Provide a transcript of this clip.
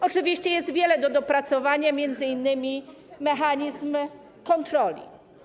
Oczywiście jest wiele do dopracowania, m.in. mechanizm kontroli.